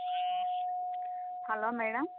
hello madam